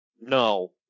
No